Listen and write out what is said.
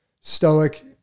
Stoic